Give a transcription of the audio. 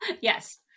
Yes